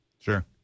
Sure